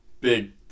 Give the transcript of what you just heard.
big